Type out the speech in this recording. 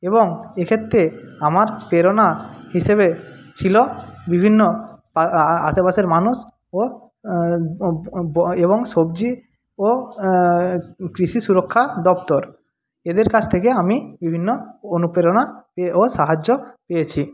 এবং এক্ষেত্রে আমার প্রেরণা হিসেবে ছিলো বিভিন্ন আশেপাশের মানুষ ও এবং সবজি ও কৃষি সুরক্ষা দপ্তর এদের কাছ থেকে আমি বিভিন্ন অনুপ্রেরণা ও সাহায্য পেয়েছি